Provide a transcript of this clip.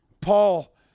Paul